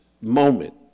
moment